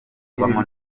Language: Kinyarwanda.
habamo